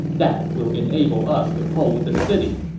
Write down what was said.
that will enable us to hold the city.